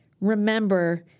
remember